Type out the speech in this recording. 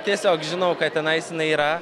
tiesiog žinau kad tenais jinai yra